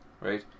right